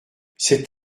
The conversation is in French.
cet